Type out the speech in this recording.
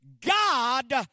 God